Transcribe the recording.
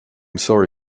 sorry